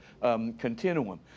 continuum